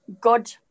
good